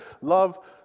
love